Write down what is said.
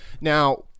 Now